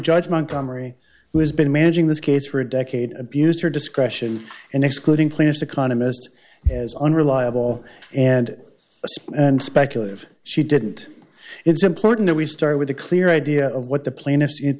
judge montgomery who has been managing this case for a decade abused her discretion in excluding plaintiff's economists is unreliable and and speculative she didn't it's important that we start with a clear idea of what the plaintiff's in